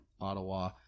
Ottawa